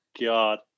god